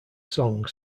song